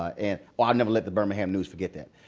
i and ah never let the birmingham news forget that.